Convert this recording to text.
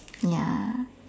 ya